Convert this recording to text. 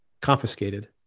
confiscated